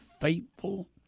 faithful